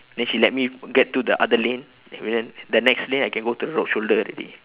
then she let me get to the other lane the next lane I can go to the road show already